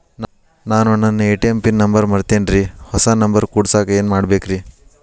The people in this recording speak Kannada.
ನಾನು ನನ್ನ ಎ.ಟಿ.ಎಂ ಪಿನ್ ನಂಬರ್ ಮರ್ತೇನ್ರಿ, ಹೊಸಾ ನಂಬರ್ ಕುಡಸಾಕ್ ಏನ್ ಮಾಡ್ಬೇಕ್ರಿ?